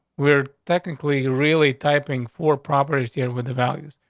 were technically really typing for properties here with the values.